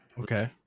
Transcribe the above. Okay